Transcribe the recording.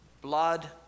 blood